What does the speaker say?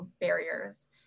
barriers